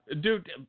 Dude